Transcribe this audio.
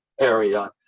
area